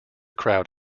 crowd